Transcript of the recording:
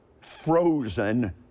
frozen